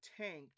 tanked